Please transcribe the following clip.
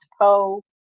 Poe